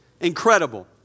Incredible